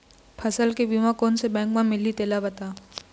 फसल के बीमा कोन से बैंक म मिलही तेला बता?